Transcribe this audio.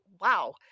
Wow